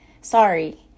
Sorry